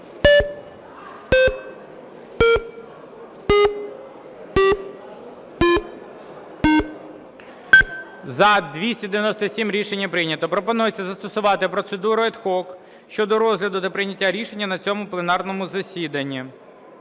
За-297 Рішення прийнято. Пропонується застосувати процедуру ad hoc щодо розгляду та прийняття рішення на цьому пленарному засіданні.